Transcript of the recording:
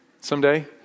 someday